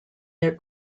their